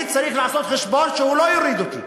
אני צריך לעשות חשבון שהוא לא יוריד אותי,